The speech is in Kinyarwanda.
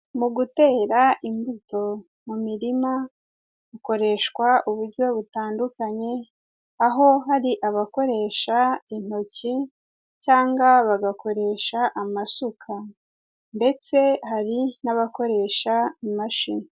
Mu gutera imbuto mu mirima hakoreshwa uburyo butandukanye, aho hari abakoresha intoki cyangwa bagakoresha amasuka ndetse hari n'abakoresha imashini.